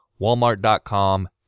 Walmart.com